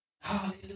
Hallelujah